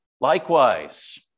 Likewise